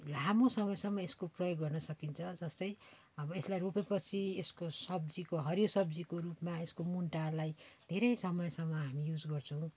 लामो समयसम्म यसको प्रयोग गर्न सकिन्छ जस्तै अब यसलाई रोपे पछि यसको सब्जीको हरियो सब्जीको रूपमा यसको मुन्टालाई धेरै समयसम्म हामी युज गर्छौँ